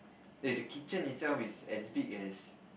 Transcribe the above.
eh the kitchen itself is as big as